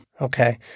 Okay